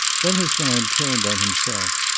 then his mind turned on himself.